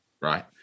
right